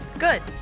good